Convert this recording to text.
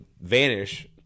vanish